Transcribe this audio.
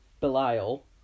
Belial